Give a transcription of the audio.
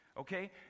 Okay